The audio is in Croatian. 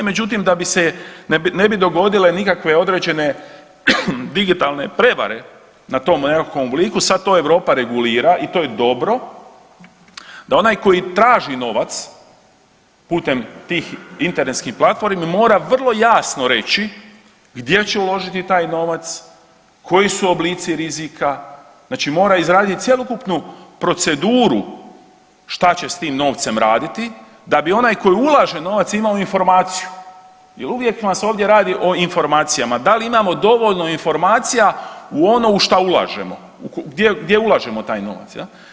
Međutim, da bi se, ne bi dogodile nikakve određene digitalne prevare, na tom nekakvom obliku, sad to Europa regulira i to je dobro da onaj koji traži novac putem tih internetskih platformi mora vrlo jasno reći gdje će uložiti taj novac, koji su oblici rizika, znači mora izraditi cjelokupnu proceduru šta će s tim novcem raditi, da bi onaj koji ulaže novac imao informaciju jer uvijek vam se ovdje radi o informacijama, da li imamo dovoljno informacija u ono u šta ulažemo, gdje ulažemo taj novac.